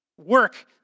Work